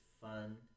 fun